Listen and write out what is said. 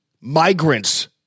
migrants